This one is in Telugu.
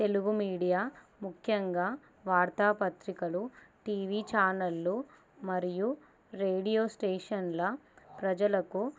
తెలుగు మీడియా ముఖ్యంగా వార్తాపత్రికలు టీవీ ఛానళ్ళు మరియు రేడియో స్టేషన్ల ప్రజలకు